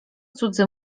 cudzy